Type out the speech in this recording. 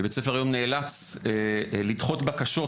ובית הספר היום נאלץ לדחות בקשות